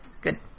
Good